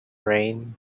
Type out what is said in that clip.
rain